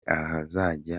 ahazajya